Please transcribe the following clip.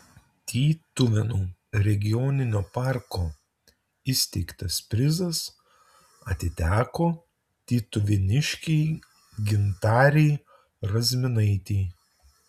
tytuvėnų regioninio parko įsteigtas prizas atiteko tytuvėniškei gintarei razminaitei